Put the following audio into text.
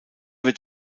wird